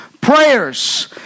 Prayers